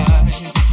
eyes